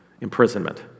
imprisonment